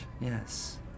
Yes